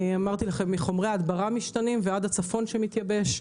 מחומרי ההדברה המשתנים ועד הצפון שמתייבש.